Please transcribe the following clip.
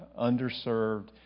underserved